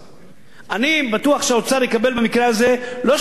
אני בטוח שהאוצר יקבל במקרה הזה לא 3 מיליארד,